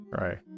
Right